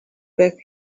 back